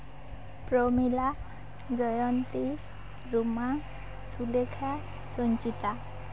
Pramila Jayanti Ruma Sulekha Sanchita